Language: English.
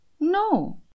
No